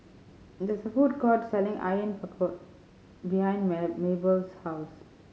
there is a food court selling Onion Pakora behind Mabelle's house